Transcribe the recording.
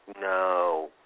no